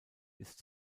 ist